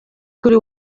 kuri